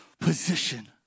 position